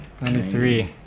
93